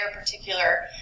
particular